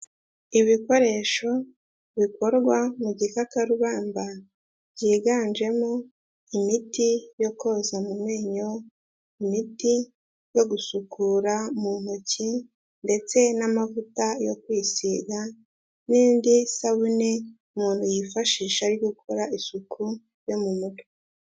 Ibikoresho bikorwa mu gikakarubamba byiganjemo imiti yo koza mu memyo, imiti yo gusukura mu ntoki ndetse n'amavuta yo kwisiga, n'indi sabune umuntu yifashisha ari gukora isuku yo mu mutwe.